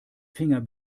finger